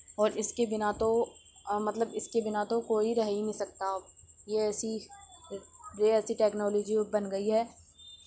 اور اس کے بنا تو مطلب اس کے بنا تو کوئی رہ ہی نہیں سکتا اب یہ ایسی یہ ایسی ٹیکنالوجی بن گئی ہے